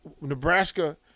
Nebraska